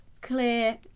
clear